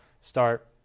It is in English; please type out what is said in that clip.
start